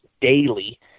daily